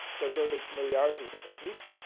they're building familiarity with the technique,